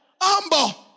Humble